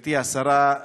גברתי השרה,